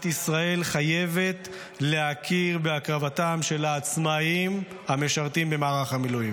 ישראל חייבת להכיר בהקרבתם של העצמאים המשרתים במערך המילואים.